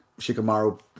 shikamaru